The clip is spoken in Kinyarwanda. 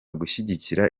gushyigikira